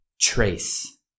Trace